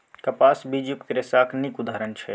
कपास बीजयुक्त रेशाक नीक उदाहरण छै